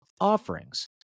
offerings